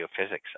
geophysics